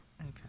Okay